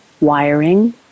wiring